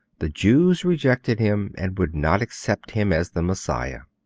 the jews rejected him and would not accept him as the messiah.